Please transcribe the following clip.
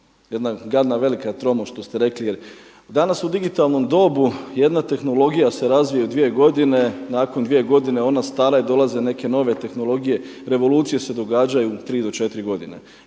jedna velika gadna tromost što ste rekli jer danas u digitalnom dobu jedna tehnologija se razvije u dvije godine, nakon dvije godine ona je stara i dolaze neke nove tehnologije, revolucije se događaju tri do četiri godine